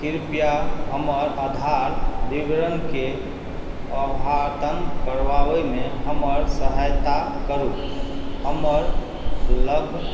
कृपया हमर आधार विवरणके अद्यतन करबाबैमे हमर सहायता करू हमर लग